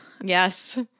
Yes